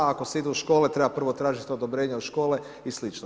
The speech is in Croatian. Ako se ide u škole treba prvo tražit odobrenje od škole i slično.